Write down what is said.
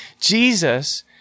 Jesus